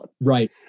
right